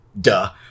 duh